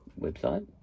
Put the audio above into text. website